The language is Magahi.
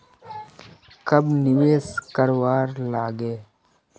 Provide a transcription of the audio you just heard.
कब निवेश करवार लागे?